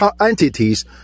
entities